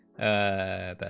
a